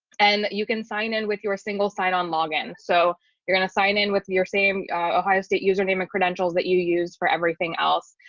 and you can sign in with your single sign on login. so you're going to sign in with your same ohio state username and credentials that you use for everything else.